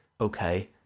Okay